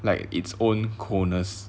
like its own coldness